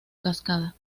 cascada